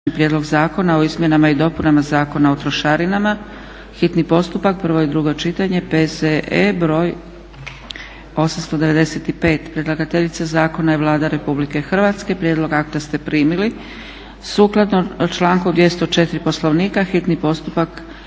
Prijedlog zakona o izmjenama i dopunama Zakona o trošarinama, s Konačnim prijedlogom zakona, hitni postupak, prvo i drugo čitanje, P.Z.E. br. 895. Predlagateljica zakona je Vlada RH. Prijedlog akta ste primili. Sukladno članku 204. Poslovnika hitni postupak